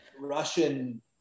Russian